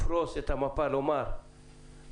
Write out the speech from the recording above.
לפרוס את המפה ולומר שכרגע,